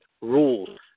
rules